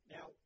Now